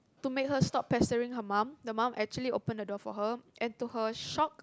to make her stop pestering her mum the mum actually open the door for her and to her shock